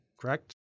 correct